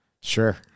Sure